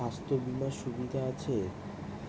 স্বাস্থ্য বিমার সুবিধা আছে?